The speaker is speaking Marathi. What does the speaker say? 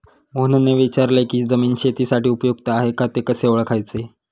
मोहनने विचारले की जमीन शेतीसाठी उपयुक्त आहे का ते कसे ओळखायचे?